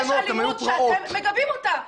יש אלימות שאתם מגבים אותה.